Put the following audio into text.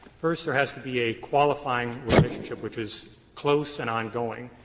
first, there has to be a qualifying relationship which is close and ongoing,